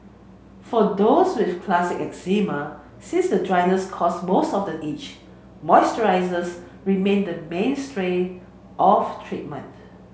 for those with classic eczema since the dryness cause most of the itch moisturisers remain the mainstay of treatment